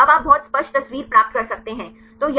अब आप बहुत स्पष्ट तस्वीर प्राप्त कर सकते हैं